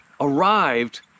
arrived